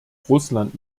russland